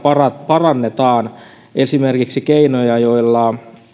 parannetaan esimerkiksi keinoja joilla